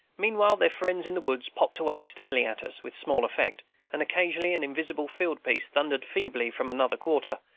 meanwhile their friends in the wood popped away steadily at us, with small effect and occasionally an invisible field-piece thundered feebly from another quarter,